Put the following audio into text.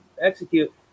execute